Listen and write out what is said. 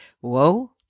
whoa